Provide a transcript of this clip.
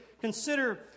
consider